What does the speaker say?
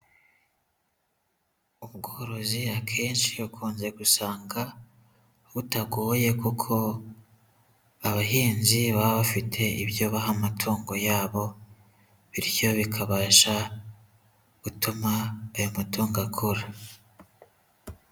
Ubworozi akenshi ukunze gusanga butagoye kuko abahinzi baba bafite ibyo baha amatungo yabo, bityo bikabasha gutuma aya matongo akura.